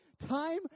time